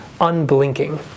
unblinking